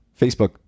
Facebook